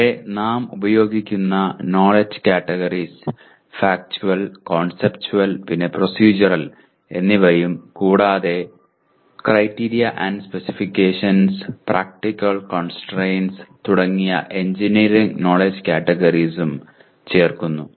ഇവിടെ നാം ഉപയോഗിക്കുന്ന നോലെഡ്ജ് ക്യാറ്റഗറീസ് ഫക്ടുവൽ കോൺസെപ്റ്റുവൽ പിന്നെ പ്രോസെഡ്യൂറൽ എന്നിവയും കൂടാതെ ക്രൈറ്റീരിയ ആൻഡ് സ്പെസിഫിക്കേഷൻസ് പിന്നെ പ്രാക്ടിക്കൽ കോൺസ്ട്രയിന്റ്സ് തുടങ്ങിയ എഞ്ചിനീയറിംഗ് നോലെഡ്ജ് ക്യാറ്റഗറീകളും ചേർക്കുന്നു